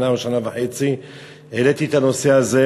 שנה או שנה וחצי העליתי את הנושא הזה,